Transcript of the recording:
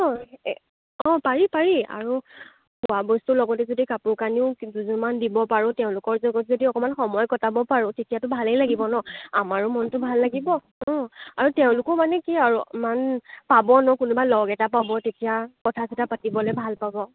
অ এ অ পাৰি পাৰি আৰু খোৱাবস্তুৰ লগতে যদি কাপোৰ কানিও দুযোৰমান দিব পাৰোঁ তেওঁলোকৰ লগৰ যদি অকণমান সময় কটাব পাৰোঁ তেতিয়াতো ভালেই লাগিব ন' আমাৰো মনটো ভাল লাগিব অ আৰু তেওঁলোকো মানে কি আৰু ইমান পাব ন' কোনোবা লগ এটা পাব তেতিয়া কথা চথা পাতিবলৈ ভাল পাব